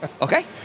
Okay